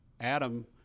Adam